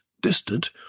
distant